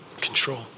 control